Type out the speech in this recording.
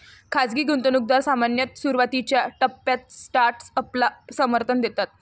खाजगी गुंतवणूकदार सामान्यतः सुरुवातीच्या टप्प्यात स्टार्टअपला समर्थन देतात